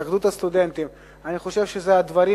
בהתאחדות הסטודנטים אני חושב שאלה דברים